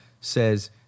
says